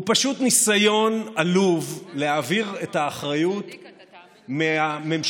הוא פשוט ניסיון עלוב להעביר את האחריות מהממשלה